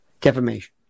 defamation